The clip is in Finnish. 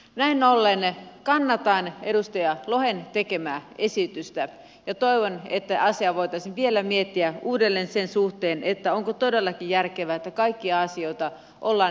näin ollen kannatan edustaja lohen tekemää esitystä ja toivon että asiaa voitaisiin vielä miettiä uudelleen sen suhteen onko todellakin järkevää että kaikkia asioita ollaan yksityistämässä